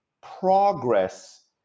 progress